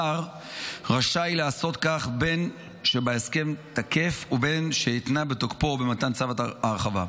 השר רשאי לעשות כך בין שההסכם תקף ובין שהותנה תוקפו במתן צו הרחבה.